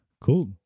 Cool